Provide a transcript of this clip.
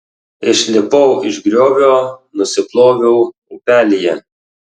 išlipau iš griovio nusiploviau upelyje